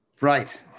right